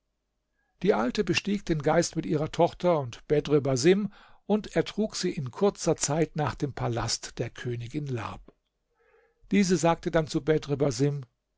die alte bestieg den geist mit ihrer tochter und bedr basim und er trug sie in kurzer zeit nach dem palast der königin lab diese sagte dann zu